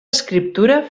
escriptura